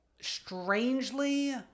strangely